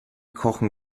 kochen